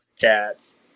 cats